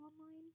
online